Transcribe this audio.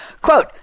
Quote